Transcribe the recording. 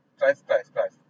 first flight express